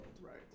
Right